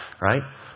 right